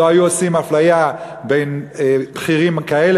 לא היו עושים אפליה בין בכירים כאלה,